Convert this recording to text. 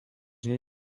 nie